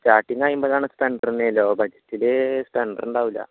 starting അൻപതാണ് സ്പ്ലെൻഡറിന് low ബഡ്ജറ്റിൽ സ്പ്ലെൻഡർ ഉണ്ടാകില്ല